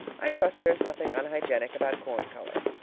i trust there is nothing unhygienic about corn color.